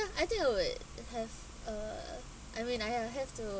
I think of it it has uh I mean I have have to